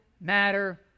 matter